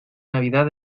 navidad